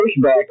pushback